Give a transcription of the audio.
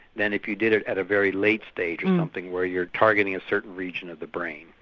than if you did it at a very late stage or something where you're targeting a certain region of the brain.